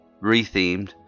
re-themed